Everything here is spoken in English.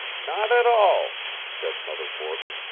not at all, said mother borton.